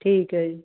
ਠੀਕ ਹੈ ਜੀ